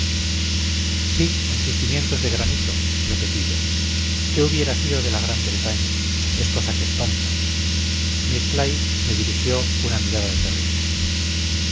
sí en sus cimientos de granito repetí yo qué hubiera sido de la gran bretaña es cosa que espanta miss fly me dirigió una mirada terrible